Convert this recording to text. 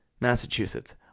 Massachusetts